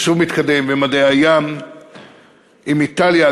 מכשור מתקדם במדעי הים עם איטליה.